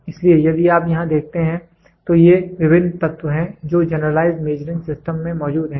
इसलिए यदि आप यहां देखते हैं तो ये विभिन्न तत्व हैं जो जनरलाइज्ड मेजरिंग सिस्टम में मौजूद हैं